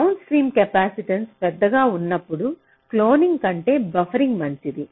down stream capacitance పెద్దగా ఉన్నప్పుడు cloning కంటే బఫరింగ్ మంచిది